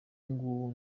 ngubu